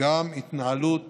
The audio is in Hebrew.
גם התנהלות